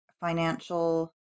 financial